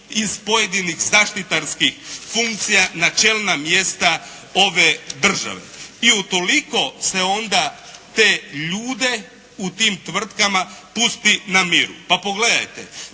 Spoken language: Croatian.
iz pojedinih zaštitarskih funkcija na čelna mjesta ove države. I utoliko se onda te ljude u tim tvrtkama pusti na miru. Pa pogledajte,